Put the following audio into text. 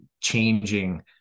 changing